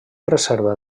reserva